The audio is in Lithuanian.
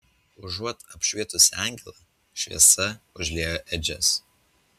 užuot apšvietusi angelą šviesa užliejo ėdžias